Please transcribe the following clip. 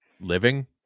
living